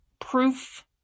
proof